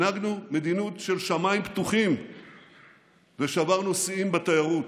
הנהגנו מדיניות של שמיים פתוחים ושברנו שיאים בתיירות.